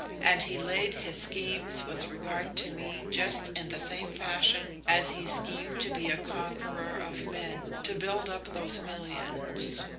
and he laid his schemes with regard to me just in the same fashion as he schemed to be a conqueror of men, to build up those millions.